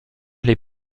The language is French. les